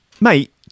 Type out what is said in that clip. Mate